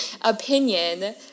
Opinion